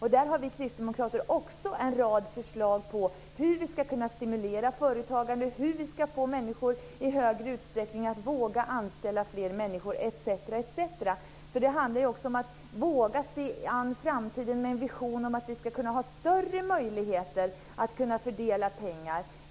Här har vi kristdemokrater också en rad förslag på hur vi ska kunna stimulera företagande, hur vi ska få människor att i högre utsträckning våga anställa fler etc. Det handlar alltså om att våga se framtiden an med en vision om att vi ska kunna ha större möjligheter att fördela pengar.